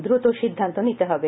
দ্রুত সিদ্ধান্ত নিতে হবে